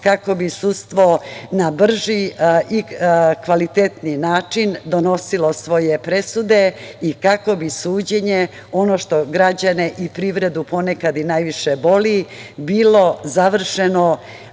kako bi sudstvo na brži i kvalitetniji način donosilo svoje presude i kako bi suđenje, ono što građane i privredu ponekad i najviše boli, bilo završeno